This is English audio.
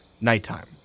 nighttime